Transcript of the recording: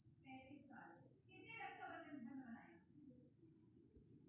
America मे छात्रो के सब्सिडी कर्जा मे कोय बियाज नै दै ले लागै छै